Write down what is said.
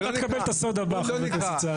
אתה תקבל את הסוד הבא, חבר הכנסת סעדי.